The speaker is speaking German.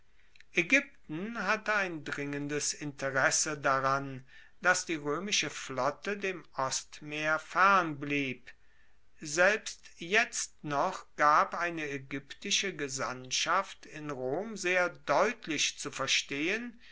aegypten hatte ein dringendes interesse daran dass die roemische flotte dem ostmeer fern blieb selbst jetzt noch gab eine aegyptische gesandtschaft in rom sehr deutlich zu verstehen